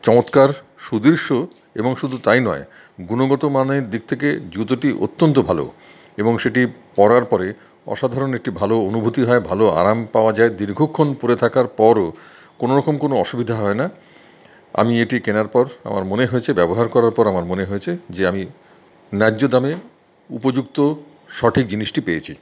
চমৎকার সুদৃশ্য এবং শুধু তাই নয় গুণগত মানের দিক থেকে জুতোটি অত্যন্ত ভালো এবং সেটি পরার পরে আসাধারণ একটি ভালো অনুভূতি হয় ভালো আরাম পাওয়া যায় দীর্ঘক্ষণ পরে থাকার পরও কোনোরকম কোনও অসুবিধা হয় না আমি এটি কেনার পর আমার মনে হয়েছে ব্যবহার করার পর আমার মনে হয়েছে যে আমি ন্যায্য দামে উপযুক্ত সঠিক জিনিসটি পেয়েছি